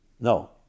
No